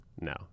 No